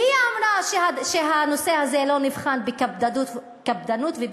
והיא אמרה שהנושא הזה לא נבחן בקפדנות וברצינות